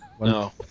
No